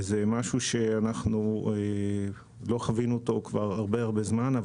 וזה משהו שלא חווינו אותו כבר הרבה זמן,